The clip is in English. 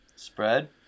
spread